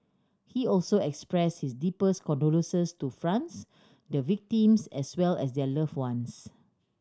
he also expressed his deepest condolences to France the victims as well as their loved ones